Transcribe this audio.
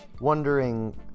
wondering